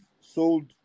sold